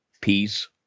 peace